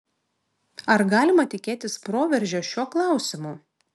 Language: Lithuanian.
ar galima tikėtis proveržio šiuo klausimu